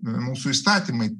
mūsų įstatymai